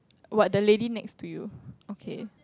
what the lady next to you okay